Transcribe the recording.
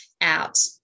out